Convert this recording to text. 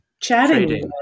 chatting